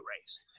race